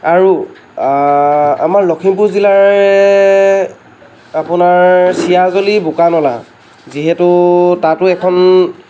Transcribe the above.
আৰু আমাৰ লখিমপুৰ জিলাৰে আপোনাৰ চিয়াজুলি বোকানলা যিহেতু তাতো এখন